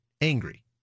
angry